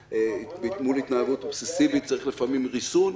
ובהתנהגות אובססיבית צריך לפעמים ריסון.